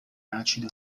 acido